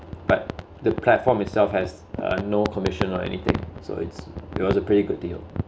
but the platform itself has uh no commission or anything so it's it was a pretty good deal